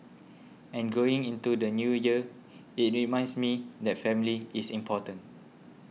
and going into the New Year it reminds me that family is important